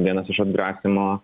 vienas iš atgrasymo